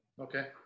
Okay